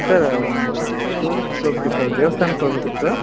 sir ಒಂದು ಸ್ಟೂರಿಸ್ಟ್ಗೆ ಹೋಗ್ಬೇಕಿತ್ತು ದೇವ್ಸ್ಥಾನಕ್ಕೆ ಹೋಗ್ಬೇಕಿತ್ತು